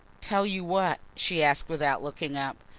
tell you what? she asked, without looking up.